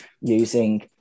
using